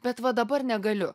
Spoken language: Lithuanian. bet va dabar negaliu